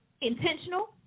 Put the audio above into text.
intentional